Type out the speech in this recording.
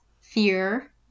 fear